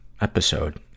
episode